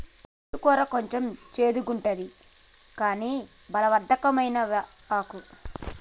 మెంతి కూర కొంచెం చెడుగుంటది కని బలవర్ధకమైన ఆకు